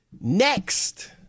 next